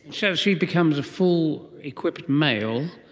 so she becomes a full equipped male.